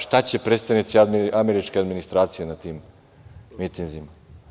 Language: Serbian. Šta će predstavnici američke administracije na tim mitinzima?